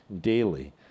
daily